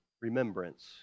remembrance